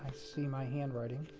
see my handwriting.